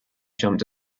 jumped